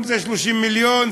זה 30 מיליון,